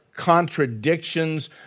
contradictions